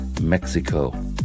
Mexico